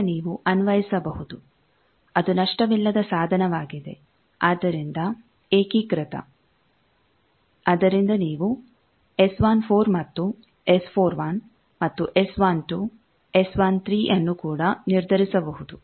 ಈಗ ನೀವು ಅನ್ವಯಿಸಬಹುದು ಅದು ನಷ್ಟವಿಲ್ಲದ ಸಾಧನವಾಗಿದೆ ಆದ್ದರಿಂದ ಏಕೀಕೃತ ಅದರಿಂದ ನೀವು S1 4 ಮತ್ತು S4 1 ಮತ್ತು S1 2 S1 3 ಅನ್ನು ಕೂಡ ನಿರ್ಧರಿಸಬಹುದು